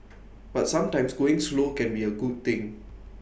but sometimes going slow can be A good thing